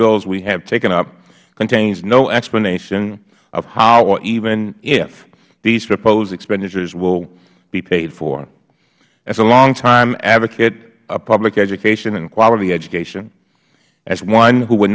bills we have taken up contains no explanation of how or even if these proposed expenditures will be paid for as a long time advocate of public education and quality education as one who would